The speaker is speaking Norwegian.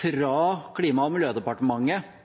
fra Klima- og miljødepartementet